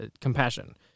compassion